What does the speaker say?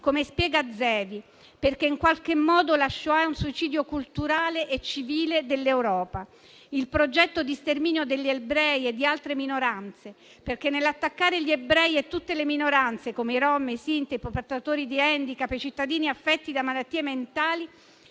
come spiega Zevi: «perché in qualche modo la Shoah è un suicidio culturale e civile dell'Europa». Il progetto di sterminio degli ebrei e di altre minoranze è un suicidio perché nell'attaccare gli ebrei e tutte le minoranze (come i rom e i sinti), e i portatori di handicap e cittadini affetti da malattie mentali,